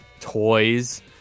toys